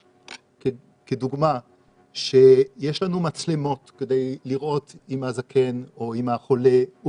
יש לנו מצלמות כדי לראות אם הזקן או אם החולה הוא